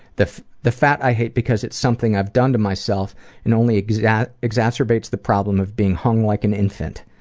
the the fat i hate because it's something i've done to myself and only exacerbates exacerbates the problem of being hung like an infant.